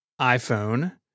iPhone